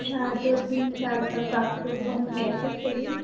अच्छा दो तीन साल तक आपका फोन कैसे चली